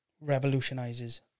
revolutionizes